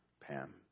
Pam